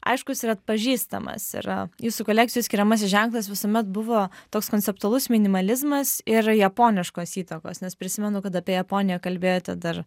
aiškus ir atpažįstamas yra jūsų kolekcijos skiriamasis ženklas visuomet buvo toks konceptualus minimalizmas ir japoniškos įtakos nes prisimenu kad apie japoniją kalbėjote dar